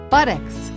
Buttocks